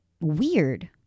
weird